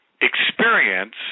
experience